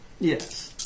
Yes